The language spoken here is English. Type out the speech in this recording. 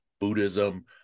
buddhism